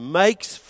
makes